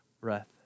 breath